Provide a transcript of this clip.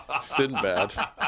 Sinbad